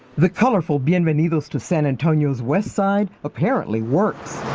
the colorful being money goes to san antonio's west side apparently works.